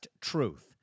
Truth